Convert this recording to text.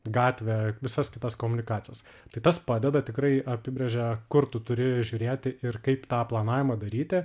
gatvę visas kitas komunikacijas tai tas padeda tikrai apibrėžia kur tu turi žiūrėti ir kaip tą planavimą daryti